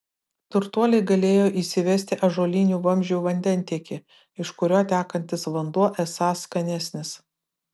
turtuoliai galėjo įsivesti ąžuolinių vamzdžių vandentiekį iš kurio tekantis vanduo esąs skanesnis